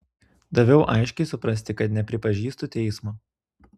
daviau aiškiai suprasti kad nepripažįstu teismo